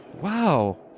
wow